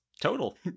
Total